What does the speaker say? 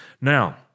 Now